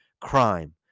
crime